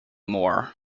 more